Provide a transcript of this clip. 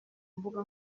mbuga